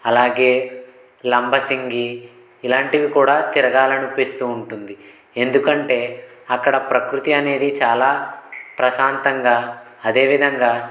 అలాగే లంబసింగి ఇలాంటివి కూడా తిరగాలనిపిస్తూ ఉంటుంది ఎందుకంటే అక్కడ ప్రకృతి అనేది చాలా ప్రశాంతంగా అదేవిధంగా